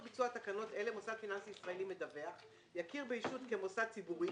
מוסד פיננסי ישראלי מדווח יכיר בישות כמוסד ציבורי